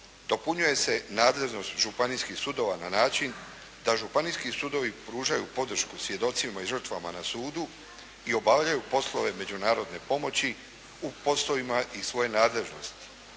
dopunjuje se nadležnost županijskih sudova na način da županijski sudovi pružaju podršku svjedocima i žrtvama na sudu i obavljaju poslove međunarodne pomoći u poslovima iz svoje nadležnosti.